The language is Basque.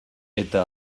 eta